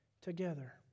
together